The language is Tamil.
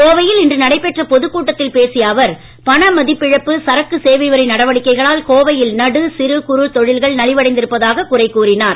கோவையில் இன்று நடைபெற்ற பொதுக்கூட்டத்தில் பேசிய அவர் பண மதிப்பிழப்பு சரக்கு சேவைவரி நடவடிக்கைளால் கோவையில் நடு சிறு குறு தொழில்கள் நலிவடைந்திருப்பதாக குறை கூறினார்